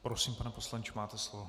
Prosím, pane poslanče, máte slovo.